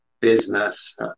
business